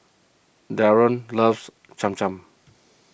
Darron loves Cham Cham